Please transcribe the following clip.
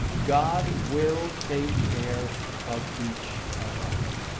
god will take care of each of us.